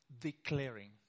declaring